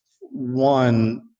one